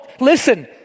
Listen